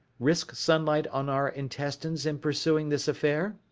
risk sunlight on our intestines in pursuing this affair?